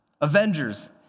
Avengers